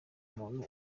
umuntu